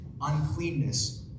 uncleanness